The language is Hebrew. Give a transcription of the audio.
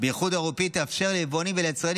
באיחוד האירופי תאפשר ליבואנים וליצרנים